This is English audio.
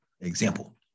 example